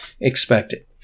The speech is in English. expected